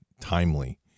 timely